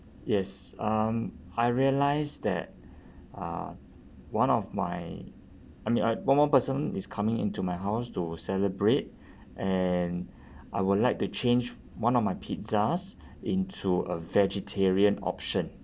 yes um I realised that uh one of my I mean I one more person is coming into my house to celebrate and I would like to change one of my pizzas into a vegetarian option